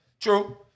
True